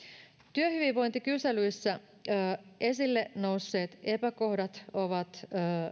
työhyvinvointikyselyissä esille nousseet epäkohdat ovat